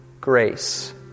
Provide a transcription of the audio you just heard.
grace